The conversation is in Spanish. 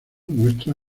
muestra